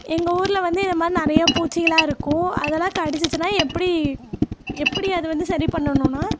எங்கள் ஊரில் வந்து இதை மாதிரி நிறைய பூச்சிகல்ளாம் இருக்கும் அதெல்லாம் கடிச்சிச்சுனா எப்படி எப்படி அது வந்து சரி பண்ணணுன்னா